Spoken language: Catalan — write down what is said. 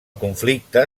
conflicte